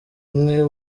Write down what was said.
umwe